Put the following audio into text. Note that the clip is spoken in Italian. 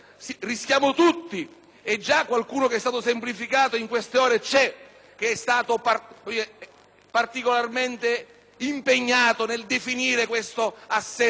ore qualcuno che è stato semplificato e che è stato particolarmente impegnato nel definire questo assetto legislativo.